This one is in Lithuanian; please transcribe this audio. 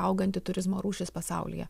auganti turizmo rūšis pasaulyje